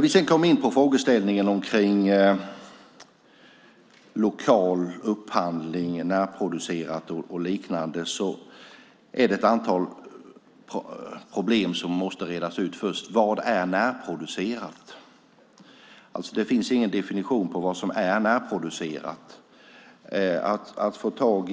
Vad gäller lokal upphandling, närproducerat och liknande måste man reda ut en del saker först. Vad är närproducerat? Det finns ingen definition på det. Att få tag på